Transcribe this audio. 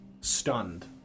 stunned